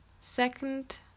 second